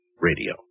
radio